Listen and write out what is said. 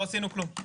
לא עשינו כלום.